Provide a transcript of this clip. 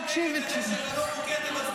תקשיב --- כל חוק נגד הנשק הלא-חוקי,